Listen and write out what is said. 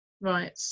Right